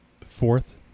Fourth